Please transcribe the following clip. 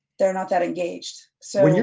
they're not that engaged, so. and yeah